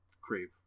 Crave